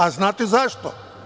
A znate zašto?